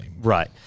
right